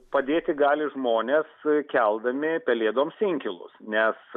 padėti gali žmonės įkeldami pelėdoms inkilus nes